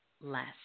less